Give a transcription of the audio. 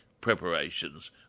preparations